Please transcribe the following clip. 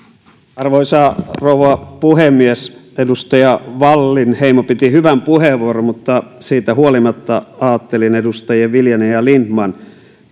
arvoisa rouva puhemies edustaja wallinheimo piti hyvän puheenvuoron mutta siitä huolimatta ajattelin edustajien viljanen ja lindtman